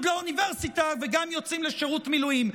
לאוניברסיטה וגם יוצאים לשירות מילואים.